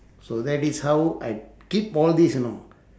so that is how I keep all these you know